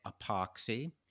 epoxy